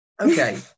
Okay